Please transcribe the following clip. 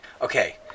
Okay